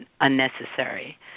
unnecessary